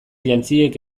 jantziek